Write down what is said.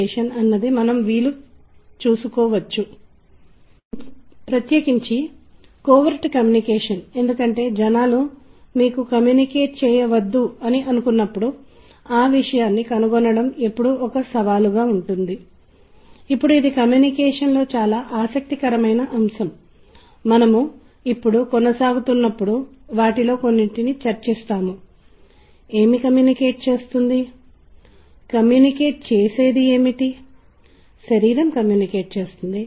సంగీతం సాంప్రదాయకంగా చాలా ప్రభావవంతమైనదిగా గుర్తించబడింది ఎందుకంటే విశ్వామిత్ర ఋషి విశ్వామిత్ర సన్యాసి సన్యాసి విశ్వామిత్ర వంటి మన స్వంత సంప్రదాయం నుండి మనం ఉదాహరణగా తీసుకుంటే అతను చాలా గట్టిగా ధ్యానం చేస్తున్నాడని మరియు దృష్టి మరల్చలేడని మీరు చూస్తారు